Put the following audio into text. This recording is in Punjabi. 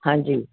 ਹਾਂਜੀ